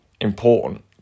important